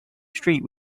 street